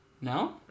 No